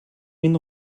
энэ